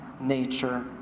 nature